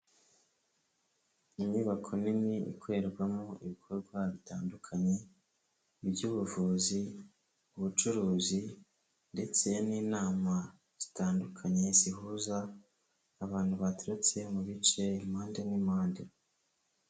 Inyubako nini ikorerwamo ibikorwa bitandukanye, iby'ubuvuzi, ubucuruzi ndetse n'inama zitandukanye zihuza abantu baturutse mu bice impande n'impande.